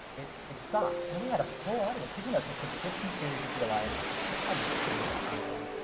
it it stopped. and we had a full audience, because you know, it's a subscription series at the alliance, which is a fabulous theatre in atlanta.